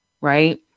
right